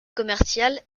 commercial